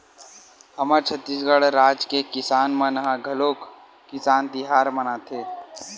हमर छत्तीसगढ़ राज के किसान मन ह घलोक किसान तिहार मनाथे